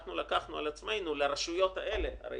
אנחנו לקחנו על עצמנו ברשויות האלה הרי